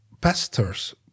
pastors